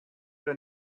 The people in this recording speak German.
der